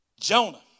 Jonah